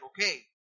okay